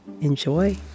enjoy